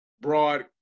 broad